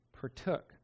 partook